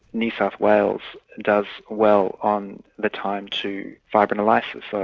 new south wales does well on the time to fibrinolysis, and so